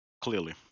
Clearly